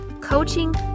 Coaching